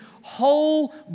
whole